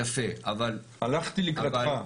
הלכתי לקראתך.